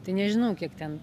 tai nežinau kiek ten